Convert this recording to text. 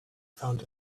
found